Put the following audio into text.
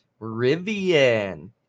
Rivian